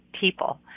people